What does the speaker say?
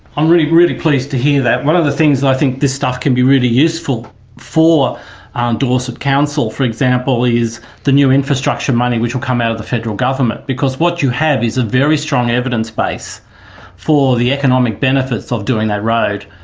um really really pleased to hear that. one of the things that i think this stuff can be really useful for um dorset council, council, for example, is the new infrastructure money that will come out of the federal government. because what you have is a very strong evidence base for the economic benefits of doing that road,